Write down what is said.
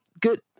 good